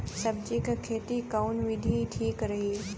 सब्जी क खेती कऊन विधि ठीक रही?